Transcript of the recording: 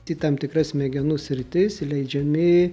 tai tam tikra smegenų sritis įleidžiami